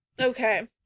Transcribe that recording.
Okay